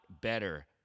better